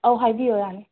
ꯑꯣ ꯍꯥꯏꯕꯤꯌꯨ ꯌꯥꯅꯤ